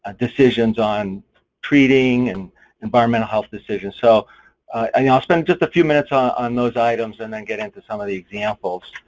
ah decisions on treating and environmental health decisions. so i mean i'll spend just a few minutes on on those items and then get into some of the examples.